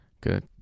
Good